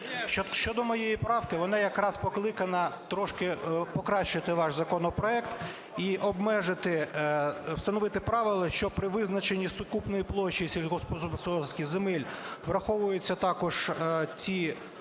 Щодо моєї правки, вона якраз покликана трошки покращити ваш законопроект і обмежити… встановити правила, що при визначенні сукупної площі сільськогосподарських земель враховуються також ті особи,